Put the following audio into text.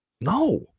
No